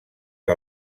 que